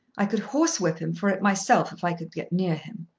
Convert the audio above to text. i could horsewhip him for it myself if i could get near him.